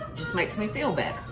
makes me feel better.